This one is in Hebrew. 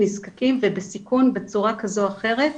נזקקים והם בסיכון בצורה כזו או אחרת,